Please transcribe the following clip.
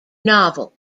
novel